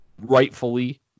rightfully